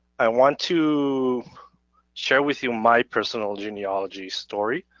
i want to share with you my personal genealogy story.